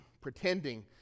pretending